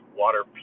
water